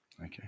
Okay